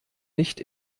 nicht